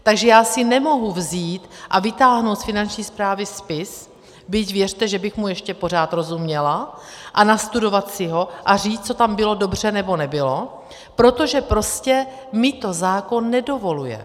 Takže já si nemohu vzít a vytáhnout z Finanční správy spis byť věřte, že bych mu ještě pořád rozuměla a nastudovat si ho a říct, co tam bylo dobře nebo nebylo, protože mi to prostě zákon nedovoluje.